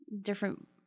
different